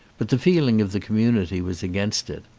but the feeling of the community was against it.